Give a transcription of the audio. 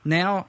now